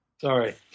Sorry